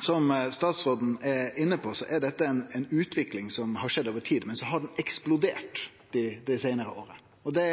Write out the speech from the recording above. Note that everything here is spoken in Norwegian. Som statsråden var inne på, så er dette ei utvikling som har skjedd over tid, men som har eksplodert det siste året. Det